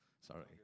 Sorry